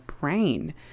brain